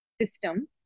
system